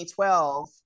2012